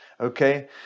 okay